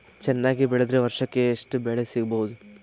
ಚೆನ್ನಾಗಿ ಬೆಳೆದ್ರೆ ವರ್ಷಕ ಎಷ್ಟು ಬೆಳೆ ಸಿಗಬಹುದು?